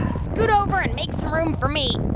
scoot over and make room for me.